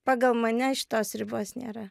pagal mane šitos ribos nėra